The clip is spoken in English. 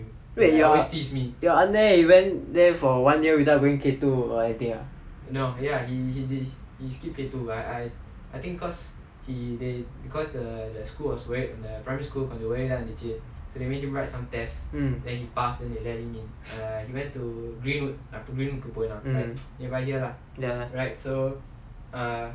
wait your you are then he went there for one year without going K two or anything ah